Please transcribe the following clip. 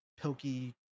Pilky